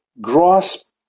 grasp